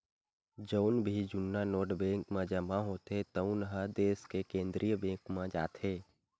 जउन भी जुन्ना नोट बेंक म जमा होथे तउन ह देस के केंद्रीय बेंक म जाथे